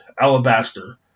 alabaster